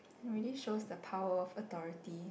really show the power of authority